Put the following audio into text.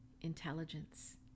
intelligence